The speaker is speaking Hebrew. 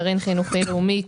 גרעין חינוכי לאומי,